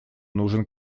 нужен